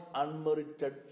unmerited